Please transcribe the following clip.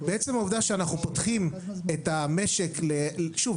בעצם העובדה שאנחנו פותחים את המשק שוב,